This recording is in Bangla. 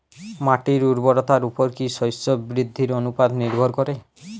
মাটির উর্বরতার উপর কী শস্য বৃদ্ধির অনুপাত নির্ভর করে?